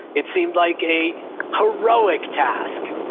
it seemed like a heroic task.